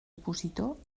opositor